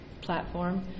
platform